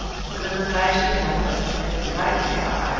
with an obliging manner and a bright pair of eyes.